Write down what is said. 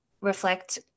reflect